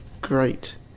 Great